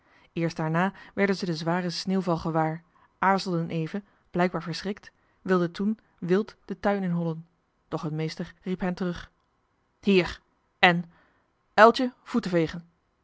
daarna werden ze den zwaren sneeuwval gewaar aarzelden even blijkbaar verschrikt wilden toen wild den tuin in hollen doch hun meester riep hen terug hier en uiltje voeten vegen